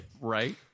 Right